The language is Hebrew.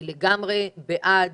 אני לגמרי בעד